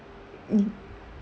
um